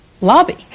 lobby